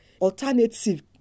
alternative